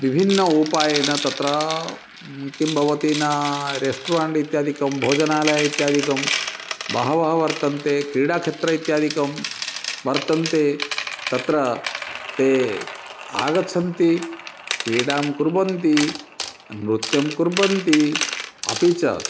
विभिन्न उपायेन तत्र किं भवति ना रेस्टोरेण्ट् इत्यादिकं भोजनालयः इत्यादिकं बहवः वर्तन्ते क्रीडाक्षेत्रम् इत्यादिकं वर्तन्ते तत्र ते आगच्छन्ति क्रीडां कुर्वन्ति नृत्यं कुर्वन्ति अपि च